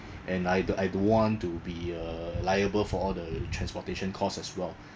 and I uh I don't want to uh liable for all the transportation cost as well